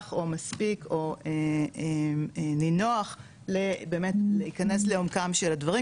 או מספיק או נינוח באמת להיכנס לעומקם של הדברים,